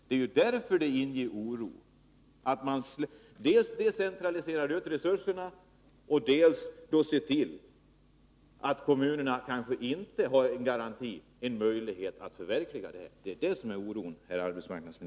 Det är därför som det, herr arbetsmarknadsminister, inger oro att man decentraliserar resurserna men inte garanterar att kommunerna kan förverkliga rehabiliteringen.